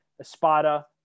Espada